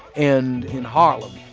and in harlem.